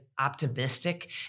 optimistic